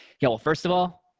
you know ah first of all,